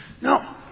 No